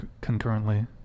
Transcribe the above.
concurrently